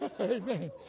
Amen